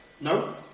No